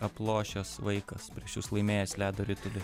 aplošęs vaikas prieš jus laimėjęs ledo ritulį